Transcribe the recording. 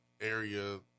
area